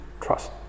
trust